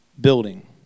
building